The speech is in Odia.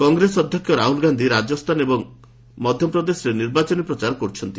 କଂଗ୍ରେସ ଅଧ୍ୟକ୍ଷ ରାହୁଲ ଗାନ୍ଧି ରାଜସ୍ଥାନ ଏବଂ ମଧ୍ୟପ୍ରଦେଶରେ ନିର୍ବାଚନୀ ପ୍ରଚାର କରୁଛନ୍ତି